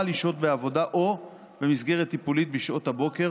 לשהות בעבודה או במסגרת טיפולית בשעות הבוקר